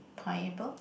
pineapple